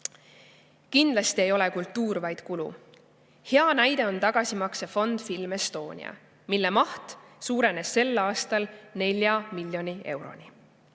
Kindlasti ei ole kultuur vaid kulu. Hea näide on tagasimaksefond Film Estonia, mille maht suurenes sel aastal 4 miljoni euroni.